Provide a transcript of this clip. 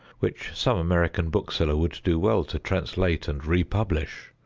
which some american bookseller would do well to translate and republish,